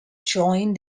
joined